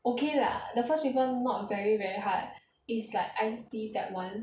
okay lah the first paper not very very hard is like I_T type [one]